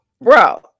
bro